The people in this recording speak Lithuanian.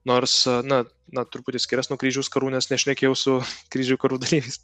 nors na na truputį skirias nuo kryžiaus karų nes nešnekėjau su kryžių karų dalyviais